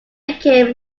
became